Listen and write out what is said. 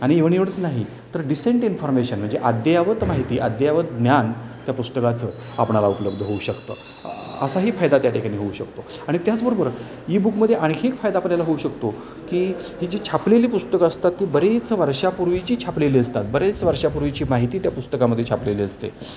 आणि इवण एवढंच नाही तर डिसेंट इन्फॉर्मेशन म्हणजे अद्ययावत माहिती अद्ययावत ज्ञान त्या पुस्तकाचं आपणाला उपलब्ध होऊ शकतं असाही फायदा त्या ठिकाणी होऊ शकतो आणि त्याचबरोबर ई बुक मध्ये आणखी एक फायदा आपल्याला होऊ शकतो की ही जी छापलेली पुस्तकं असतात ती बरीच वर्षापूर्वीची छापलेली असतात बरेच वर्षापूर्वीची माहिती त्या पुस्तकामध्ये छापलेली असते